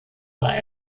war